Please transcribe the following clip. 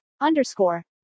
underscore